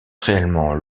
réellement